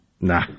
Nah